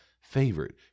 favorite